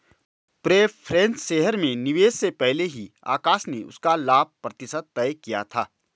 preference shares में निवेश से पहले ही आकाश ने उसका लाभ प्रतिशत तय किया था